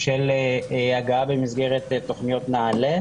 של הגעה במסגרת תוכניות נעל"ה,